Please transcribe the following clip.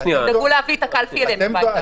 תדאגו להביא את הקלפי אליהם הביתה.